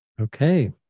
Okay